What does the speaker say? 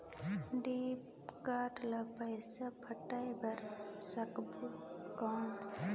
Debit card ले पइसा पटाय बार सकबो कौन?